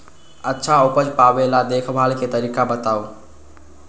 अच्छा उपज पावेला देखभाल के तरीका बताऊ?